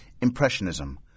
Impressionism